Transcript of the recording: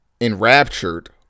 enraptured